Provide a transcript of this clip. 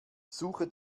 suche